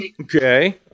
Okay